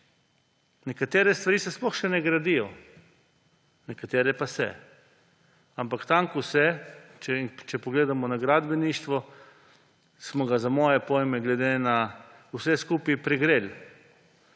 Nekatere stvari se sploh še ne gradijo! Nekatere pa se. Ampak tam, kjer se, če pogledamo glede na gradbeništvo, smo za moje pojme vse skupaj pregreli.